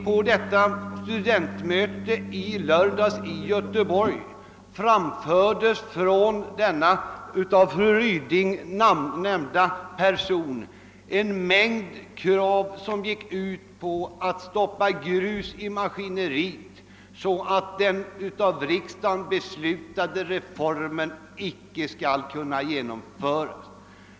På studentmötet i Göteborg i lördags framfördes av den person som fru Ryding omnämnde en mängd krav som gick ut på att man skulle stoppa grus i maskineriet, så att den av riksdagen beslutade reformen icke skulle kunna genomföras.